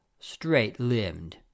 Straight-limbed